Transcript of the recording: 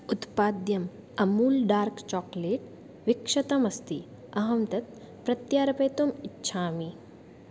उत्पाद्यम् Amul dark chocolate विक्षतमस्ति अहं तत् प्रत्यर्पयितुम् इच्छामि